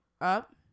up